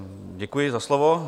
Děkuji za slovo.